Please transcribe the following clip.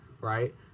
right